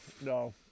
no